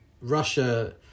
Russia